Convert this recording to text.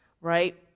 right